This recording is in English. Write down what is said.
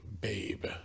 Babe